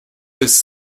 this